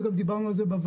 וגם דיברנו על זה בוועדה,